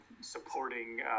supporting